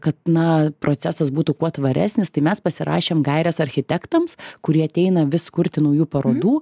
kad na procesas būtų kuo tvaresnis tai mes pasirašėm gaires architektams kurie ateina vis kurti naujų parodų